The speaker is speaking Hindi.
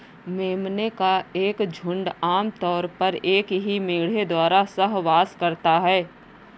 मेमने का एक झुंड आम तौर पर एक ही मेढ़े द्वारा सहवास करता है